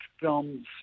films